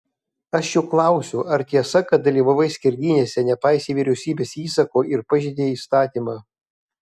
aš juk klausiu ar tiesa kad dalyvavai skerdynėse nepaisei vyriausybės įsako ir pažeidei įstatymą